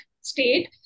state